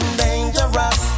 dangerous